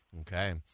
Okay